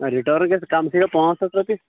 نہٕ رِٹأرٕن گژھِ کم سے کم پانٛژھ ساس رۄپیہِ